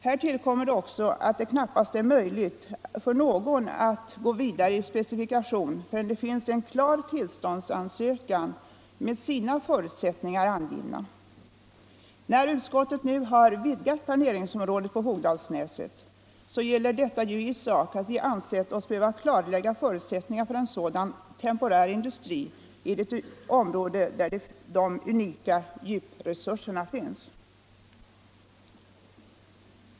Här tillkommer också att det knappast är möjligt för någon att gå vidare i specifikation förrän det finns en klar tillståndsansökan med sina förutsättningar angivna. När utskottet nu har vidgat planeringsområdet på Hogdalsnäset gäller detta i sak att vi anser oss behöva klarlägga förutsättningarna för en sådan — temporär — industri i det område där de unika djupresurserna finns.